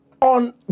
on